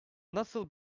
nasıl